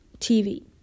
TV